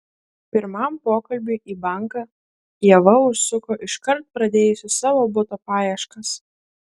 pirmam pokalbiui į banką ieva užsuko iškart pradėjusi savo buto paieškas